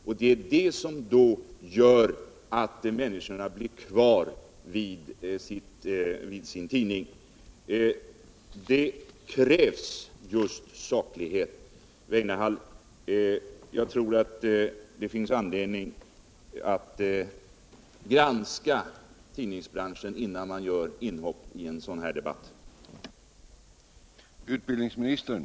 Jag tolkar det alltså så att riksdagen kommer att ställa sig bakom en klar decentralisering, och detta är enligt min mening mycket tillfredsställande. Radions och televisionens fortsatta